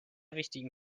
wichtigen